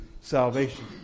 salvation